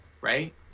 right